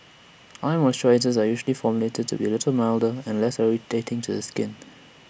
eye moisturisers are usually formulated to be A little milder and less irritating to the skin